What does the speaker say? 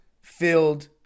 filled